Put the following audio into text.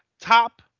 top